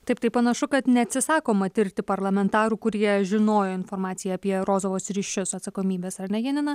taip tai panašu kad neatsisakoma tirti parlamentarų kurie žinojo informaciją apie rozovos ryšius atsakomybes ar ne janina